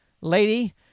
lady